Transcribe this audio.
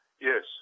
Yes